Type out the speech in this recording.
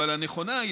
אבל הנכונה,